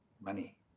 money